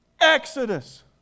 Exodus